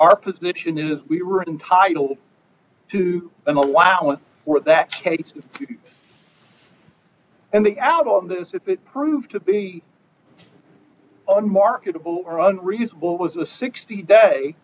our position is we were entitled to an allowance for that case and the out on this if it proved to be unmarketable run reasonable was the sixty day